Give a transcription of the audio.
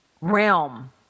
realm